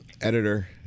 editor